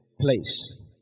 place